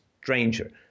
stranger